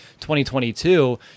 2022